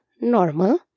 Normal